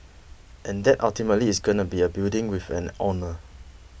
and that ultimately is going to be a building with an owner